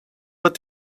but